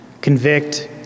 Convict